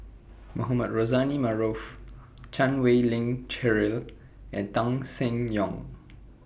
Mohamed Rozani Maarof Chan Wei Ling Cheryl and Tan Seng Yong